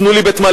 תנו לי בית-מלון,